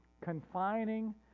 confining